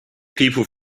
people